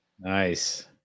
Nice